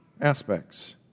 aspects